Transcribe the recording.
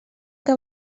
que